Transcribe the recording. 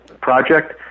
project